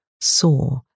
saw